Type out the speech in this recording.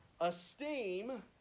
esteem